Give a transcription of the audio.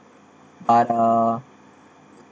but the